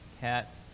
cat